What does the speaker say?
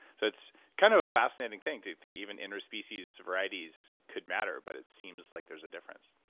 so it's kind of a fascinating thing to think even inter species varieties could matter, but it seems like there's a difference